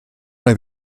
oedd